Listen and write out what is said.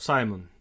Simon